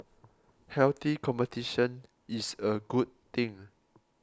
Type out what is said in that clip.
healthy competition is a good thing